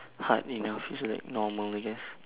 hard enough it's like normal I guess